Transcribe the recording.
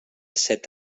set